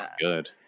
good